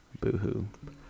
Boo-hoo